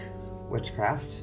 witchcraft